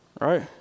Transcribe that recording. Right